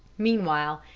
meanwhile,